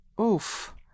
oof